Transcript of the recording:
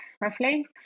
roughly